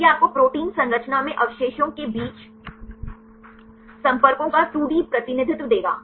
तो यह आपको प्रोटीन संरचना में अवशेषों के बीच संपर्कों का 2 डी प्रतिनिधित्व देगा